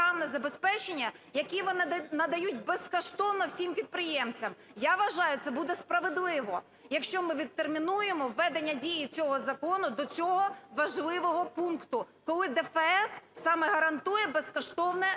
Я вважаю, це буде справедливо, якщо ми відтермінуємо введення дії цього закону до цього важливого пункту, коли ДФС саме гарантує безкоштовне програмне забезпечення